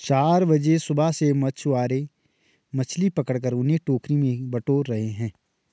चार बजे सुबह से मछुआरे मछली पकड़कर उन्हें टोकरी में बटोर रहे हैं